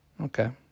okay